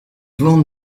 van